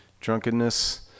drunkenness